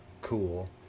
cool